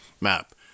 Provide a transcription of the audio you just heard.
map